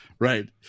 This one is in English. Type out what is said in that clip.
Right